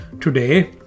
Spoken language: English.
Today